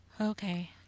Okay